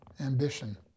ambition